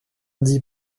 dis